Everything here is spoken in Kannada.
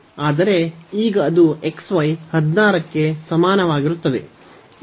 ಆದರೆ ಈಗ ಅದು xy 16 ಕ್ಕೆ ಸಮಾನವಾಗಿರುತ್ತದೆ